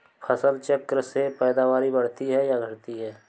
फसल चक्र से पैदावारी बढ़ती है या घटती है?